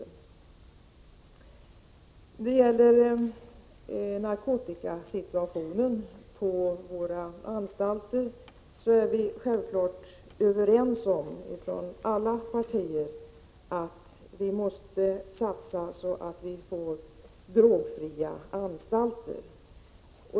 När det gäller narkotikasituationen på anstalterna är alla partier självfallet överens om att sådana satsningar bör göras att anstalterna blir drogfria.